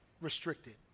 restricted